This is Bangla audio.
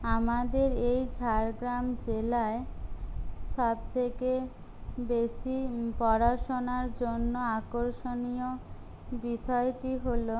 আমাদের এই ঝাড়গ্রাম জেলায় সবথেকে বেশি পড়াশোনার জন্য আকর্ষণীয় বিষয়টি হল